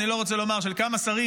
אני לא רוצה לומר של כמה שרים,